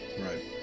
Right